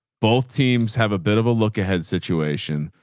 both teams have a bit of a look ahead situation